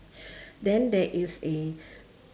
then there is a